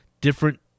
different